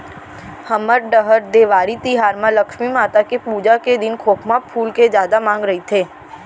हमर डहर देवारी तिहार म लक्छमी माता के पूजा के दिन खोखमा फूल के जादा मांग रइथे